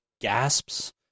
gasps